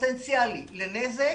פוטנציאלי לנזק,